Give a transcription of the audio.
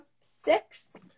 six